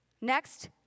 Next